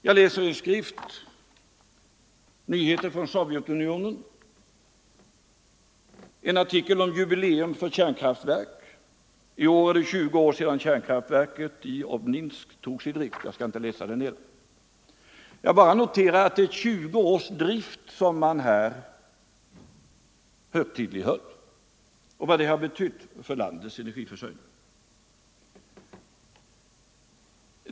Jag läser i en skrift, Nyheter från Sovjetunionen, en artikel om jubileum för kärnkraftverk: I år är det 20 år sedan kärnkraftverket i Obninsk togs i drift. — Jag skall inte läsa mer; jag bara noterar att man där högtidlighöll 20 års drift och vad den betytt för landets energiförsörjning.